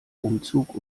umzug